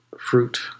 fruit